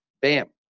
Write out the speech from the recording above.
bam